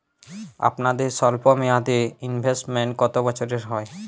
আপনাদের স্বল্পমেয়াদে ইনভেস্টমেন্ট কতো বছরের হয়?